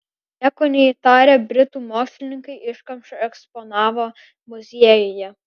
nieko neįtarę britų mokslininkai iškamšą eksponavo muziejuje